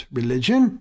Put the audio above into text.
religion